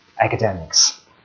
academics